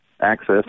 access